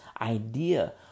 idea